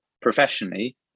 professionally